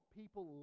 people